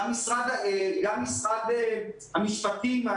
גם משרד המשפטים,